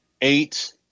eight